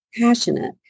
passionate